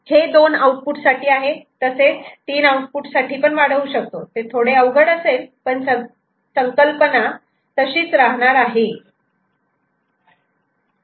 हे दोन आउटपुट साठी आहे तसेच तीन आउटपुट साठी पण वाढवू शकतो ते थोडे अवघड असेल पण संकल्पना तशीच असणार आहे